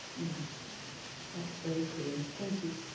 yeah that's very clear. thank you.